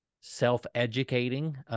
self-educating